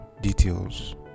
details